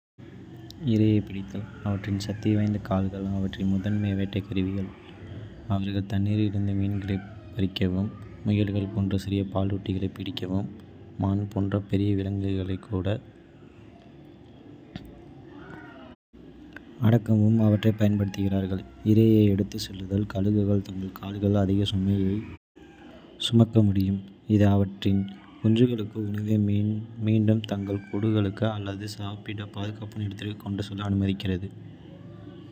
இரையைப் பிடித்தல். அவற்றின் சக்திவாய்ந்த கால்கள் அவற்றின் முதன்மை வேட்டைக் கருவிகள். அவர்கள் தண்ணீரில் இருந்து மீன்களைப் பறிக்கவும், முயல்கள் போன்ற சிறிய பாலூட்டிகளைப் பிடிக்கவும், மான் போன்ற பெரிய விலங்குகளைக் கூட அடக்கவும் அவற்றைப் பயன்படுத்துகிறார்கள். இரையை எடுத்துச் செல்லுதல் கழுகுகள் தங்கள் கால்களால் அதிக சுமைகளைச் சுமக்க முடியும், இது அவற்றின் குஞ்சுகளுக்கு உணவை மீண்டும் தங்கள் கூடுகளுக்கு அல்லது சாப்பிட பாதுகாப்பான இடத்திற்கு கொண்டு செல்ல அனுமதிக்கிறது.